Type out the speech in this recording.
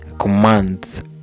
commands